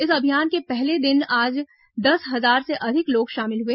इस अभियान के पहले दिन आज दस हजार से अधिक लोग शामिल हुए